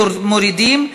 מורידים.